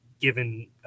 given